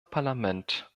parlament